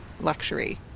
luxury